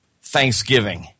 Thanksgiving